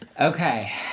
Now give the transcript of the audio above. Okay